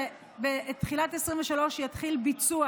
ובתחילת 2023 יתחיל ביצוע: